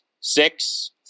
six